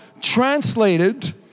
translated